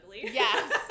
Yes